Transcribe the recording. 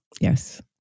Yes